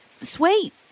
Sweet